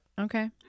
okay